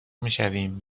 میشویم